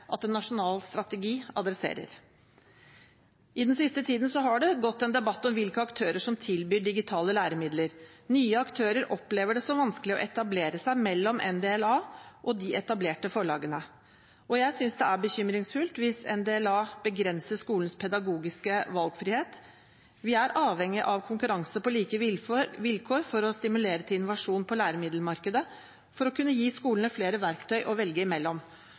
at en nasjonal strategi adresserer. I den siste tiden har det gått en debatt om hvilke aktører som tilbyr digitale læremidler. Nye aktører opplever det som vanskelig å etablere seg mellom NDLA og de etablerte forlagene. Jeg synes det er bekymringsfullt hvis NDLA begrenser skolens pedagogiske valgfrihet. Vi er avhengig av konkurranse på like vilkår for å stimulere til innovasjon på læremiddelmarkedet, for å kunne gi skolene flere verktøy å velge imellom.